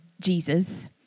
Jesus